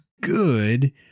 good